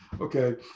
Okay